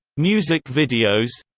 music videos